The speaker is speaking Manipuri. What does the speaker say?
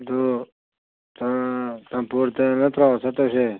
ꯑꯗꯨ ꯆꯨꯔꯆꯥꯟꯄꯨꯔꯗ ꯅꯠꯇ꯭ꯔꯣ ꯆꯠꯇꯣꯏꯁꯦ